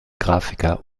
grafiker